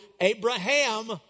Abraham